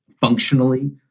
functionally